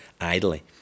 idly